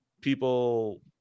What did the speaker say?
people